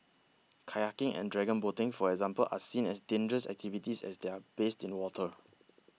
Kayaking and dragon boating for example are seen as dangerous activities as they are based in water